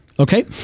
Okay